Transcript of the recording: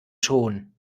schon